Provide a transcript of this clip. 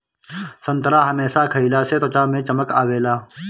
संतरा हमेशा खइला से त्वचा में चमक आवेला